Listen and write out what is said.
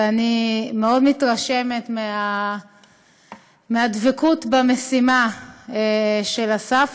ואני מאוד מתרשמת מהדבקות במשימה של אסף,